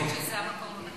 אני חושבת שזה המקום.